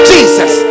Jesus